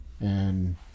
And-